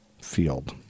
field